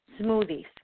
smoothies